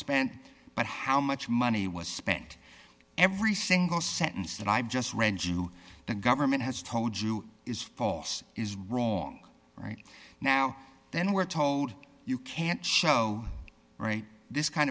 spent but how much money was spent every single sentence that i've just read you the government has told you is false is wrong right now then we're told you can't show this kind